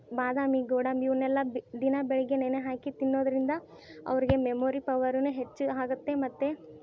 ಬಾದಾಮಿ ಗೋಡಂಬಿ ಇವುನ್ನೆಲ್ಲ ಬಿ ದಿನಾ ಬೆಳಗ್ಗೆ ನೆನೆ ಹಾಕಿ ತಿನ್ನೋದರಿಂದ ಅವರಿಗೆ ಮೆಮೊರಿ ಪವರೂನೂ ಹೆಚ್ಚು ಆಗುತ್ತೆ ಮತ್ತು